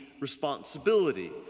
responsibility